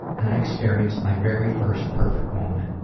and i experienced my very first perfect moment.